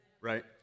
right